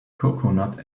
coconut